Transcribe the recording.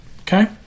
okay